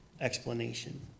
explanation